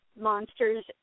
Monsters